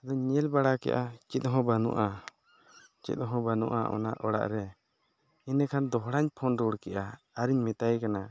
ᱟᱫᱚᱧ ᱧᱮᱞ ᱵᱟᱲᱟᱠᱮᱫᱼᱟ ᱪᱮᱫᱦᱚᱸ ᱵᱟᱹᱱᱩᱜᱼᱟ ᱪᱮᱫᱦᱚᱸ ᱵᱟᱹᱱᱩᱜᱼᱟ ᱚᱱᱟ ᱚᱲᱟᱜᱨᱮ ᱤᱱᱟᱹ ᱠᱷᱟᱱ ᱫᱚᱦᱲᱟᱧ ᱯᱷᱳᱱ ᱨᱩᱣᱟᱹᱲᱠᱮᱫᱼᱟ ᱟᱨᱤᱧ ᱢᱮᱛᱟᱭ ᱠᱟᱱᱟ